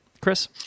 Chris